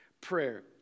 prayer